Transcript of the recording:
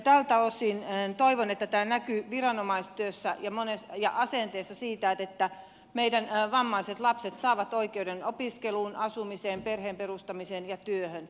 tältä osin toivon että tämä näkyy viranomaistyössä ja asenteissa siinä että meidän vammaiset lapset saavat oikeuden opiskeluun asumiseen perheen perustamiseen ja työhön